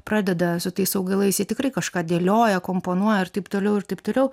pradeda su tais augalais jie tikrai kažką dėlioja komponuoja ir taip toliau ir taip toliau